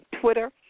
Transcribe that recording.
Twitter